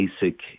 basic